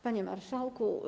Panie Marszałku!